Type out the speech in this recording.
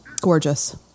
gorgeous